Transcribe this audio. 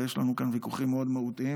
ויש לנו כאן ויכוחים מאוד מהותיים,